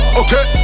okay